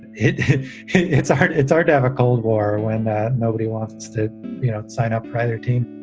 it it's hard it's hard to have a cold war when that nobody wants to sign up for either team